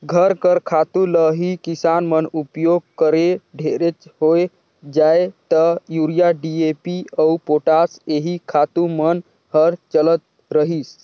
घर कर खातू ल ही किसान मन उपियोग करें ढेरेच होए जाए ता यूरिया, डी.ए.पी अउ पोटास एही खातू मन हर चलत रहिस